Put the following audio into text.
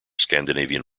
scandinavian